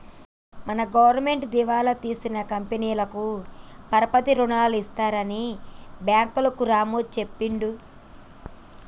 మన గవర్నమెంటు దివాలా తీసిన కంపెనీలకు పరపతి రుణాలు ఇస్తారని బ్యాంకులు రాము చెప్పిండు